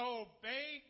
obey